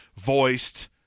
voiced